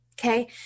Okay